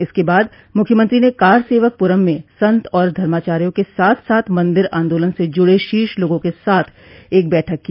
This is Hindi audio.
इसके बाद मुख्यमंत्री ने कार सेवक पुरम् में संत और धर्माचार्यो के साथ साथ मंदिर आन्दोलन से जुड़े शीर्ष लोगों के साथ एक बैठक की